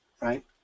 right